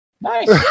Nice